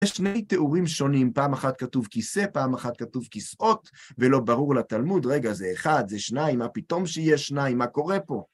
יש שני תיאורים שונים, פעם אחת כתוב כיסא, פעם אחת כתוב כיסאות, ולא ברור לתלמוד, רגע, זה אחד, זה שניים, מה פתאום שיש שניים, מה קורה פה?